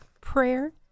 Prayer